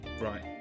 right